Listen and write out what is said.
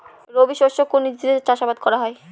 রবি শস্য কোন ঋতুতে চাষাবাদ করা হয়?